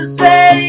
say